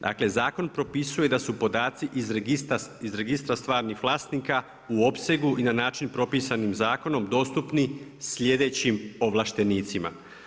Dakle, zakon propisuje da su podaci iz registra stvarnih vlasnika u opsegu i na način propisanim zakonom dostupnim sljedećim ovlaštenicima.